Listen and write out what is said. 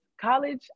college